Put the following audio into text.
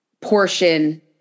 portion